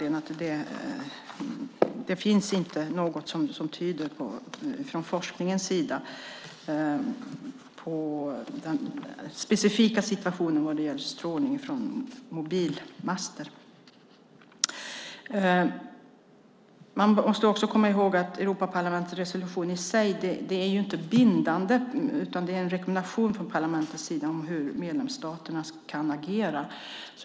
Det finns inte något från forskningens sida när det gäller den specifika situationen med strålning från mobilmaster. Man måste också komma ihåg att Europaparlamentets resolution i sig inte är bindande, utan det är en rekommendation från parlamentets sida om hur medlemsstaterna kan agera.